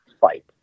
fight